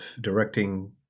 directing